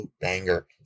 banger